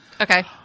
Okay